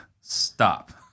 Stop